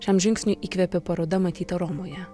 šiam žingsniui įkvėpė paroda matyta romoje